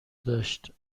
داشت